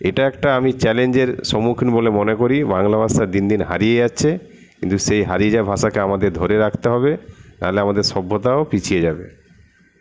এটা একটা আমি চ্যালেঞ্জের সম্মুখীন বলে মনে করি বাংলা ভাষা দিন দিন হারিয়ে যাচ্ছে কিন্তু সেই হারিয়ে যাওয়া ভাষাকে আমাদের ধরে রাখতে হবে নাহলে আমাদের সভ্যতাও পিছিয়ে যাবে